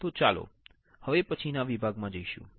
તો ચાલો હવે પછીના વિભાગમાં જઈશુ